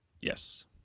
Yes